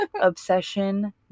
obsession